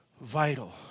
vital